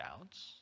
doubts